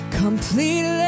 completely